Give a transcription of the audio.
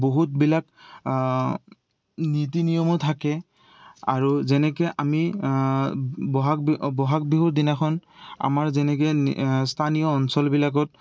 বহুতবিলাক নীতি নিয়মো থাকে আৰু যেনেকে আমি বহাগ বহাগ বিহুৰ দিনাখন আমাৰ যেনেকে স্থানীয় অঞ্চলবিলাকত